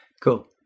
Cool